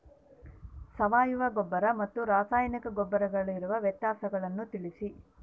ಸಾವಯವ ಗೊಬ್ಬರ ಮತ್ತು ರಾಸಾಯನಿಕ ಗೊಬ್ಬರಗಳಿಗಿರುವ ವ್ಯತ್ಯಾಸಗಳನ್ನು ತಿಳಿಸಿ?